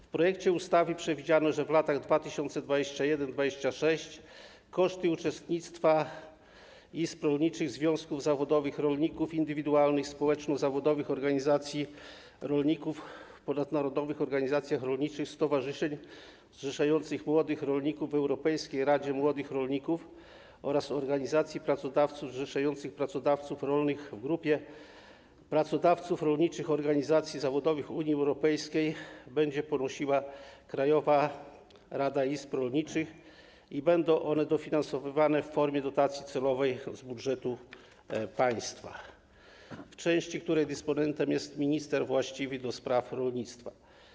W projekcie ustawy przewidziano, że w latach 2021–2026 koszty uczestnictwa izb rolniczych, związków zawodowych rolników indywidualnych oraz społeczno-zawodowych organizacji rolników w ponadnarodowych organizacjach rolniczych, stowarzyszeń zrzeszających młodych rolników w Europejskiej Radzie Młodych Rolników oraz organizacji pracodawców zrzeszających pracodawców rolnych w Grupie Pracodawców Rolniczych Organizacji Zawodowych Unii Europejskiej będzie ponosiła Krajowa Rada Izb Rolniczych i będą one dofinansowywane w formie dotacji celowej z budżetu państwa w części, której dysponentem jest minister właściwy do spraw rolnictwa.